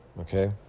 okay